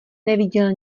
neviděl